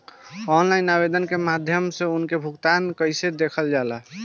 Online आवेदन के माध्यम से उनके भुगतान कैसे देखल जाला?